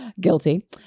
guilty